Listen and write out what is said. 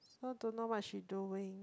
so don't know what she doing